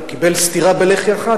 אם הוא קיבל סטירה בלחי אחת,